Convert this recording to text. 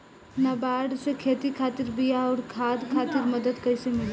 नाबार्ड से खेती खातिर बीया आउर खाद खातिर मदद कइसे मिली?